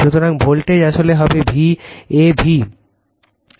সুতরাং ভোল্টেজ আসলে হবে V a v